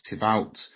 out